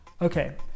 Okay